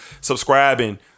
subscribing